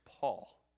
Paul